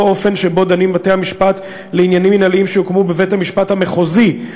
אופן שבו דנים בתי-המשפט לעניינים מינהליים שהוקמו בבית-המשפט המחוזי,